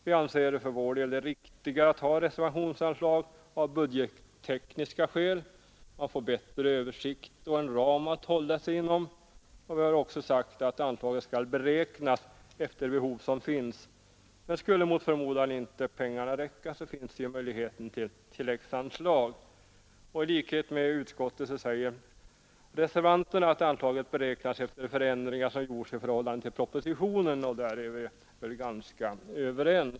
Vi anser för vår del att det av budgettekniska skäl är riktigare att ha reservationsanslag. Man får bättre översikt och en ram att hålla sig inom. Vi har också sagt att anslaget skall beräknas efter de behov som finns. Skulle mot förmodan pengarna inte räcka finns möjlighet till tilläggsanslag. I likhet med utskottsmajoriteten säger reservanterna att anslaget beräknas efter förändringar som gjorts i förhållande till reservationen.